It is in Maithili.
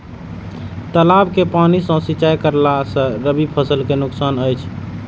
तालाब के पानी सँ सिंचाई करला स रबि फसल के नुकसान अछि?